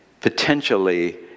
potentially